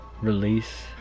release